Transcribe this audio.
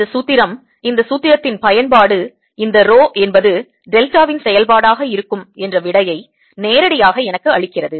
இந்த சூத்திரம் இந்த சூத்திரத்தின் பயன்பாடு இந்த rho என்பது டெல்டாவின் செயல்பாடாக இருக்கும் என்ற விடையை நேரடியாக எனக்கு அளிக்கிறது